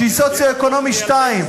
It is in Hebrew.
שהיא סוציו-אקונומי 2,